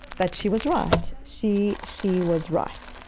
but she was right. she she was right.